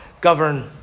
govern